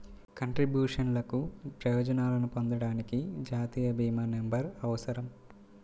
కంట్రిబ్యూషన్లకు ప్రయోజనాలను పొందడానికి, జాతీయ భీమా నంబర్అవసరం